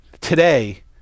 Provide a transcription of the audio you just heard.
today